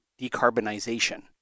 decarbonization